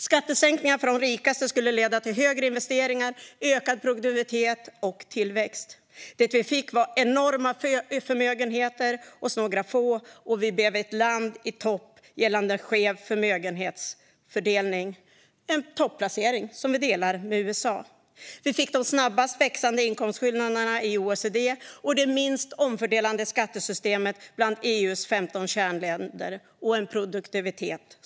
Skattesänkningar för de rikaste skulle leda till större investeringar, ökad produktivitet och tillväxt. Det vi fick var enorma förmögenheter hos några få, och Sverige blev ett land i topp gällande skev förmögenhetsfördelning. Det är en topplacering som vi delar med USA. Vi fick de snabbast växande inkomstskillnaderna i OECD, det minst omfördelande skattesystemet bland EU:s 15 kärnländer och en sjunkande produktivitet.